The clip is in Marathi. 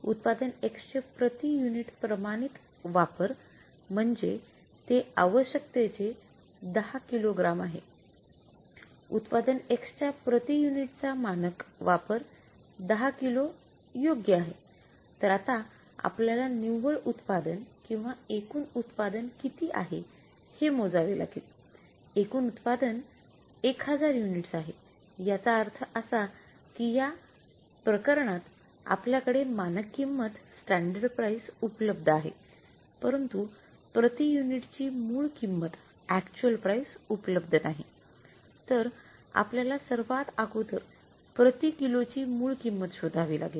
तर आपल्याला सर्वात अगोदर प्रति किलो ची मूळ किंमत शोधावी लागेल